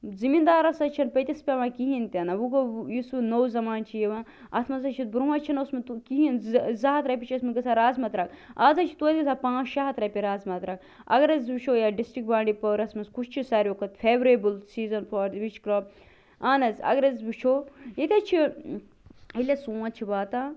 زٔمیٖندارس حظ چھُنہٕ پٔتِس پیٚوان کِہیٖنۍ تہِ نہٕ وۄنۍ گوٚو یُس وۄنۍ نوٚو زمانہٕ چھُ یِوان اتھ منٛز حظ چھُنہٕ برٛۄنٛہہ حظ چھُنہٕ اوسمُت کِہیٖنۍ زٕ ہتھ رۄپیہِ چھُ اوسمُت گَژھان رزامہ ترٛکھ آز حظ چھُ توتہِ گَژھان پانٛژھ شےٚ ہتھ رۄپیہِ رازمہ ترٛکھ اگر حظ أسۍ وُچھو یَتھ ڈِسٹِرٛکٹ بانٛڈی پورہ ہَس منٛز کُس چھُ ساروٕے کھۄتہٕ favourable season for which crop اہن حظ اگر حظ وُچھو ییٚتہِ حظ چھُ ییٚلہِ حظ سونٛتھ چھُ واتان